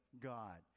God